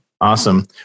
Awesome